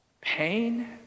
pain